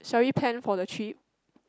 shall we plan for the trip